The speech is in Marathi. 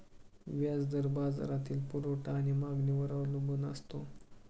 व्याज दर बाजारातील पुरवठा आणि मागणीवर अवलंबून असतो